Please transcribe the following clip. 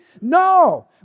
No